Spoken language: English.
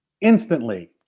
instantly